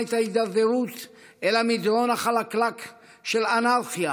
את ההידרדרות אל המדרון החלקלק של אנרכיה